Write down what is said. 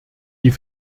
die